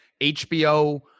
HBO